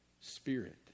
Spirit